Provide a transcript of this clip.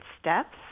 steps